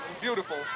beautiful